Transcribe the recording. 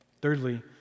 Thirdly